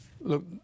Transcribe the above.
Look